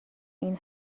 این